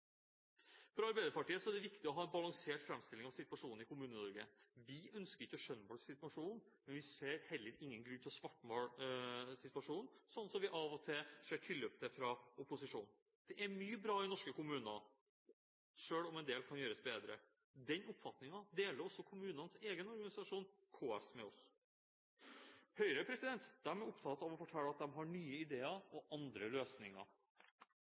For Arbeiderpartiet er det viktig å ha en balansert framstilling av situasjonen i Kommune-Norge. Vi ønsker ikke å skjønnmale situasjonen, men vi ser heller ingen grunn til å svartmale situasjonen, som vi av og til ser tilløp til blant opposisjonen. Det er mye som er bra i norske kommuner, selv om en del kan gjøres bedre. Den oppfatningen deler også kommunenes egen organisasjon, KS, med oss. Høyre er opptatt av å fortelle at de har nye ideer og andre løsninger.